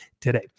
today